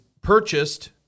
purchased